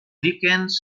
dickens